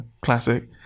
classic